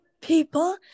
people